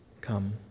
come